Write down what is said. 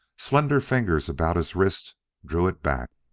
slender fingers about his wrist drew it back.